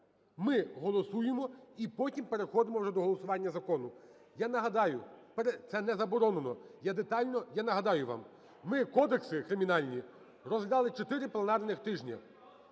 ми голосуємо, і потім переходимо вже до голосування закону. Я нагадаю, це не заборонено, є детально… Я нагадаю вам: ми кодекси кримінальні розглядали чотири пленарних тижні,